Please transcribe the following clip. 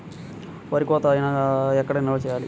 వరి కోత అయినాక ఎక్కడ నిల్వ చేయాలి?